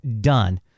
done